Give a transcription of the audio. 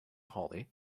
hollie